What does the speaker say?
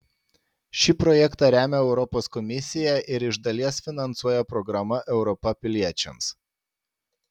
šį projektą remia europos komisija ir iš dalies finansuoja programa europa piliečiams